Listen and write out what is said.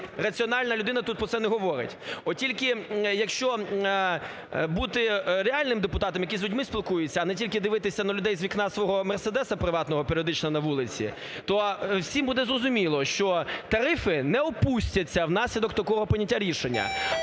раціональна людина тут про це не говорить, тільки, якщо бути реальним депутатом, який з людьми спілкується, а не тільки дивитися на людей з вікна свого "Мерседеса" приватного, періодично на вулиці, то всім буде зрозуміло, що тарифи не опустяться внаслідок такого поняття рішення.